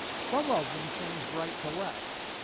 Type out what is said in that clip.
some of them changed right to left,